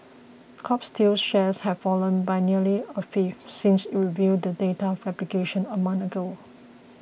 Kobe Steel's shares have fallen by nearly a fifth since it revealed the data fabrication a month ago